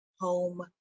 home